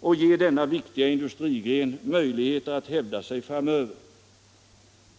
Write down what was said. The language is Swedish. samt ge denna viktiga industrigren möjligheter att hävda sig framöver.